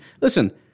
listen